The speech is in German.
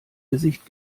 gesicht